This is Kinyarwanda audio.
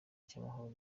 cy’amahoro